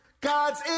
God's